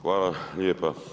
Hvala lijepa.